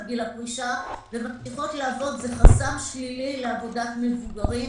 גיל הפרישה וממשיכות לעבוד - זה חסם שלילי לעבודת מבוגרים,